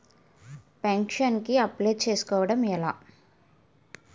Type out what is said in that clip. Pension కి apply చేసుకోవడం ఎలా?